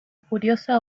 curiosa